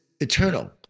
eternal